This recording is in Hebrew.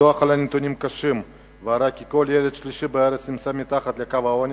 הדוח העלה נתונים קשים והראה כי כל ילד שלישי בארץ נמצא מתחת לקו העוני.